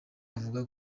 avuga